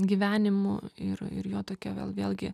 gyvenimu ir ir jo tokia vėl vėlgi